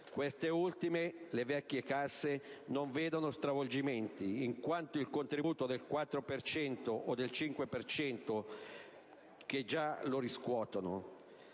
Queste ultime, le vecchie casse, non vedono stravolgimenti in quanto il contributo del 4 per cento o del 5 per cento già lo riscuotono.